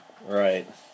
right